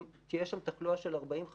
אם תהיה שם תחלואה של 40%-50%,